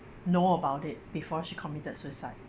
know about it before she committed suicide